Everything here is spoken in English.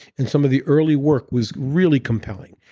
and some of the early work was really compelling.